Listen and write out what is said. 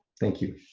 thank you.